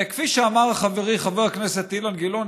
וכפי שאמר חברי חבר הכנסת אילן גילאון,